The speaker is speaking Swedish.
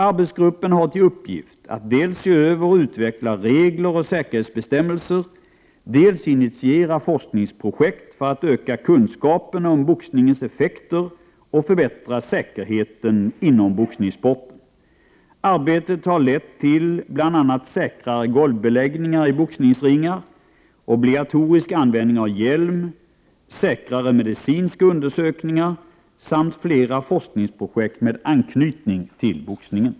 Arbetsgruppen har till uppgift att dels se över och utveckla regler och säkerhetsbestämmelser, dels initiera forskningsprojekt för att öka kunskapen om boxningens effekter och förbättra säkerheten inom boxningssporten. Arbetet har lett till bl.a. säkrare golvbeläggningar i boxningsringar, obligatorisk användning av hjälm, säkrare medicinska undersökningar samt flera forskningsprojekt med anknytning till boxningen.